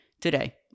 Today